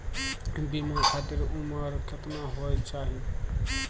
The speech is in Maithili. बीमा खातिर उमर केतना होय चाही?